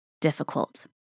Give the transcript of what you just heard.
difficult